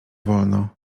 wolno